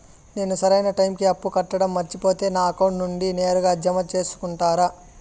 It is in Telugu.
నేను సరైన టైముకి అప్పు కట్టడం మర్చిపోతే నా అకౌంట్ నుండి నేరుగా జామ సేసుకుంటారా?